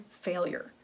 failure